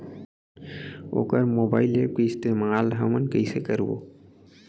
वोकर mobile app के इस्तेमाल हमन कइसे करबो?